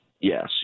Yes